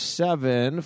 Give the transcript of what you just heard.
seven